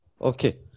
Okay